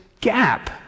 gap